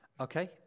Okay